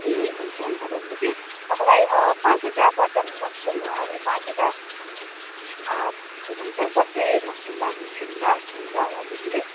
ए हुन्छ हुन्छ भनेपछि तपाईँलाई अँ पाँचवटा बट्टम मसरुम अनि पाँचवटा अँ के भन्छ पत्ते मसरुम राखिदिन्छु नि ल हुन्छ होला त्यतिले